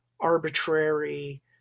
arbitrary